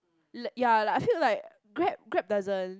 let ya like I feel like grab grab doesn't